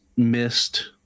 missed